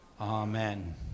Amen